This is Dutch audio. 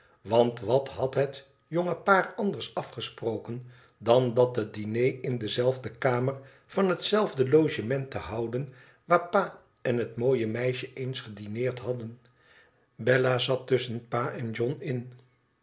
want wat had het jonge paar anders afgesproken dan dat het diner in dezelfde kamer van hetzelfde logement te houden waar pa en het mooie meisje eens gedineerd hadden bella zat tusschen pa en john in